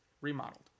remodeled